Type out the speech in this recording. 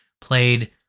played